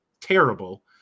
terrible